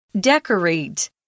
Decorate